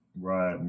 Right